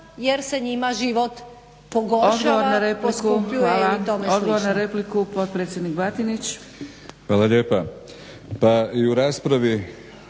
jer se njima život pogoršao,